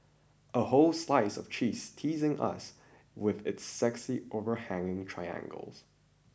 a whole slice of cheese teasing us with its sexy overhanging triangles